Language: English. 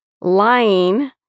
lying